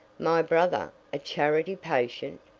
my brother a charity patient!